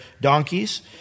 donkeys